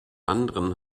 anderen